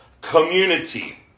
community